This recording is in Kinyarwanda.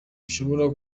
ishobora